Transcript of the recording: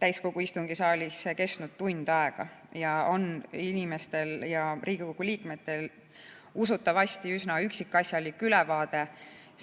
täiskogu istungisaalis, kestnud tund aega. Seega on inimestel ja Riigikogu liikmetel usutavasti üsna üksikasjalik ülevaade